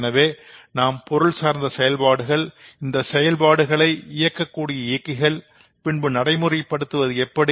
எனவே நாம் பொருள் சார்ந்த செயல்பாடுகள் இந்த செயல்பாடுகளை ஈர்க்கக்கூடிய இயக்கிகள் பின்பு நடைமுறைப்படுத்துவது எப்படி